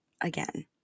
Again